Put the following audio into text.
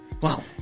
Wow